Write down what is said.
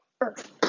Earth